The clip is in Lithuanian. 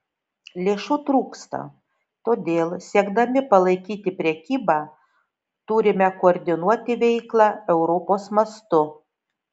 lėšų trūksta todėl siekdami palaikyti prekybą turime koordinuoti veiklą europos mastu